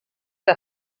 que